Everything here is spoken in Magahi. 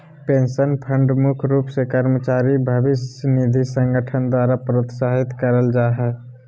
पेंशन फंड मुख्य रूप से कर्मचारी भविष्य निधि संगठन द्वारा प्रोत्साहित करल जा हय